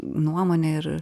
nuomonė ir